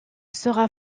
sera